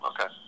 okay